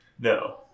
No